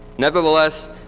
Nevertheless